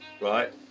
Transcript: right